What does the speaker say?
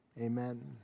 Amen